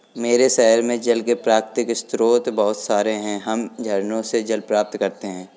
मेरे शहर में जल के प्राकृतिक स्रोत बहुत सारे हैं हम झरनों से जल प्राप्त करते हैं